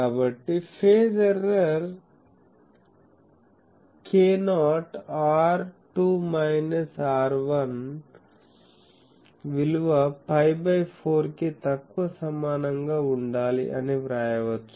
కాబట్టి phase error k0 R2 minus R1 విలువ π by 4 కి తక్కువ సమానంగా ఉండాలి అని వ్రాయవచ్చు